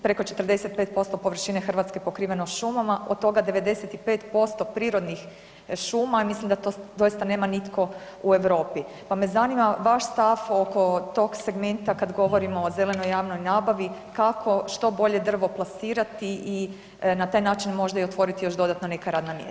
Preko 45% površine Hrvatske pokriveno šumama, od toga 95% prirodnih šuma, mislim da to doista nema nitko u Europi pa me zanima vaš stav oko tog segmenta kad govorimo o zelenoj javnoj nabavi kako što bolje drvo plasirati i na taj način možda i otvoriti još dodatno neka radna mjesta.